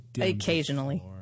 Occasionally